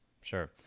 Sure